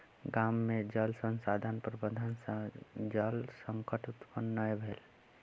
गाम में जल संसाधन प्रबंधन सॅ जल संकट उत्पन्न नै भेल